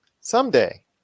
someday